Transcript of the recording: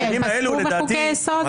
הם פסקו בחוקי-יסוד?